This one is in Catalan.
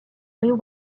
riu